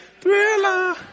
Thriller